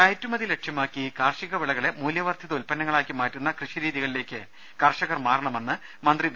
കയറ്റുമതി ലക്ഷ്യമാക്കി കാർഷികവിളകളെ മൂല്യവർധിത ഉൽപന്നങ്ങളാക്കി മാറ്റുന്ന കൃഷിരീതികളിലേക്ക് കർഷകർ മാറണമെന്ന് മന്ത്രി വി